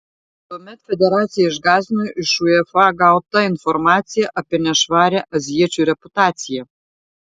tuomet federaciją išgąsdino iš uefa gauta informacija apie nešvarią azijiečių reputaciją